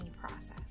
process